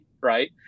right